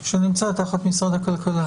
שנמצא תחת משרד הכלכלה.